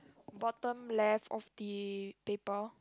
bottom left of the paper